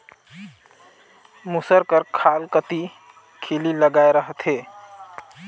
मूसर कर खाल कती खीली लगाए रहथे